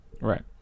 Right